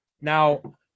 Now